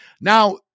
Now